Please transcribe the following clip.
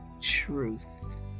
truth